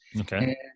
Okay